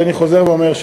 אז אני חוזר ואומר,